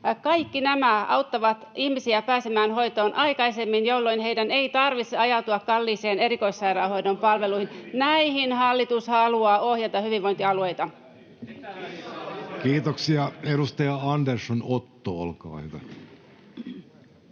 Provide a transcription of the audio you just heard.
Kaikki nämä auttavat ihmisiä pääsemään hoitoon aikaisemmin, jolloin heidän ei tarvitse ajautua kalliisiin erikoissairaanhoidon palveluihin. Näihin hallitus haluaa ohjata hyvinvointialueita. Kiitoksia. — Edustaja Andersson, Otto, olkaa hyvä.